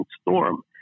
storm